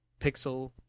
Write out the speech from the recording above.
pixel